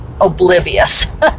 oblivious